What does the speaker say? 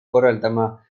korraldama